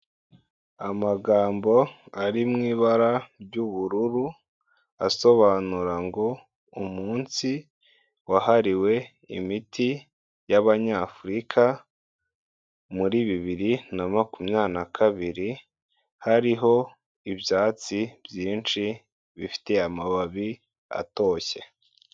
Amagambo ari mu ibara ry'ubururu, asobanura ngo umunsi wahariwe imiti y'abanyafurika, muri bibiri na makumyabiri na kabiri, hariho ibyatsi byinshi bifite amababi atoshye.